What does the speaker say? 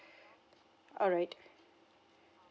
alright